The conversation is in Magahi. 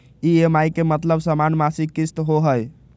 ई.एम.आई के मतलब समान मासिक किस्त होहई?